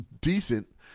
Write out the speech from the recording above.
decent